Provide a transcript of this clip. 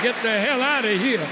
get the hell outta here